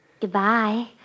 Goodbye